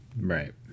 Right